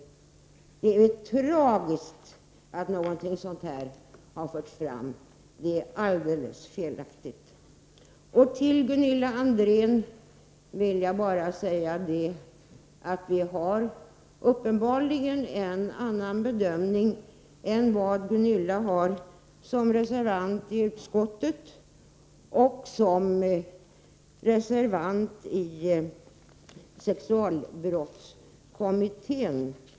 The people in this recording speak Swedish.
Det är tragiskt att någonting sådant har förts fram, och det är alldeles felaktigt. Till Gunilla André vill jag bara säga att vi uppenbarligen har en annan bedömning än vad Gunilla André har som reservant i utskottet och i sexualbrottskommittén.